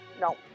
No